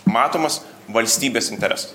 matomas valstybės interesas